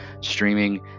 streaming